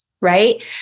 right